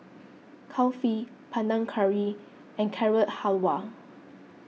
Kulfi Panang Curry and Carrot Halwa